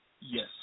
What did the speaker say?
Yes